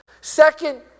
Second